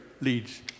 leads